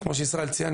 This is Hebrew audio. כמו שישראל ציין,